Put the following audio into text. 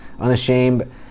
Unashamed